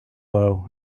low